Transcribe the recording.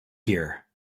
here